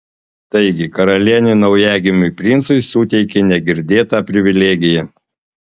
taigi karalienė naujagimiui princui suteikė negirdėtą privilegiją